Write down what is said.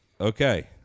okay